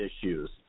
issues